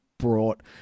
brought